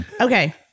Okay